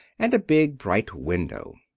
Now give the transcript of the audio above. and a big, bright window.